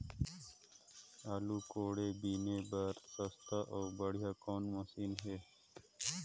आलू कोड़े बीने बर सस्ता अउ बढ़िया कौन मशीन हे?